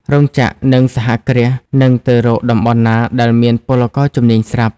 រោងចក្រ និងសហគ្រាសនឹងទៅរកតំបន់ណាដែលមានពលករជំនាញស្រាប់។